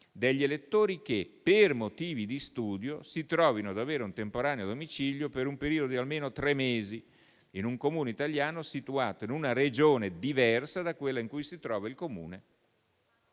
degli elettori che, per motivi di studio, si trovino ad avere un temporaneo domicilio per un periodo di almeno tre mesi in un Comune italiano situato in una Regione diversa da quella in cui si trova il Comune